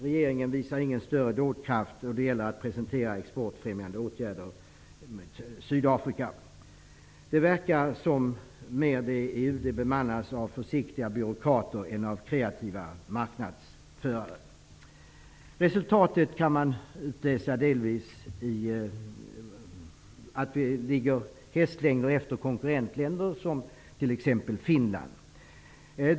Regeringen visar ingen större dådkraft då det gäller att presentera exportfrämjande åtgärder för Sydafrika. Det verkar som att UD mer bemannas av försiktiga byråkrater än av kreativa marknadsförare. Resultatet kan man delvis avläsa i att vi ligger hästlängder efter konkurrentländer som t.ex. Finland.